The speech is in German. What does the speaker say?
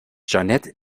jeanette